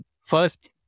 first